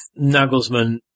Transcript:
Nagelsmann